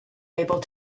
able